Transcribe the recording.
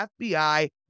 FBI